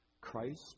Christ